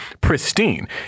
pristine